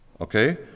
Okay